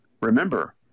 remember